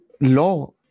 law